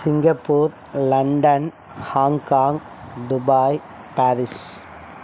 Singapore London Hong Kong Dubai Paris